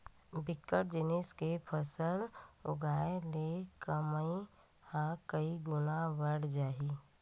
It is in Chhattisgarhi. बिकट जिनिस के फसल उगाय ले कमई ह कइ गुना बाड़ जाही